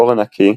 עור נקי,